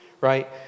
right